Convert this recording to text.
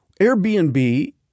Airbnb